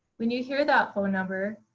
when you hear that phone number,